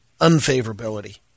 unfavorability